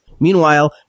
Meanwhile